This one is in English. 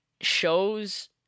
shows